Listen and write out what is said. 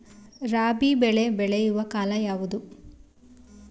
ರಾಬಿ ಬೆಳೆ ಬೆಳೆಯುವ ಕಾಲ ಯಾವುದು?